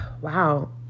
Wow